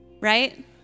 right